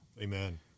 amen